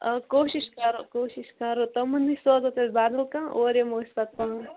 آ کوٗشِش کَرو کوٗشِش کَرو تِمنٕے سوزو أسۍ بدل کانٛہہ اوٗر یِمو أسۍ پتہٕ پانے